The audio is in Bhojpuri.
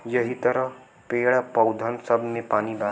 यहि तरह पेड़, पउधन सब मे पानी बा